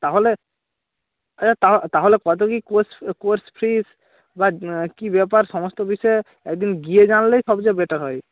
তাহলে আচ্ছা তাহলে কত কী কোর্স কোর্স ফিজ বা কী ব্যাপার সমস্ত বিষয়ে এক দিন গিয়ে জানলেই সবচেয়ে বেটার হয়